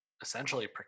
essentially